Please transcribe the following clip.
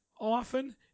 often